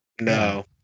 no